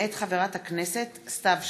מאת חברת הכנסת סתיו שפיר,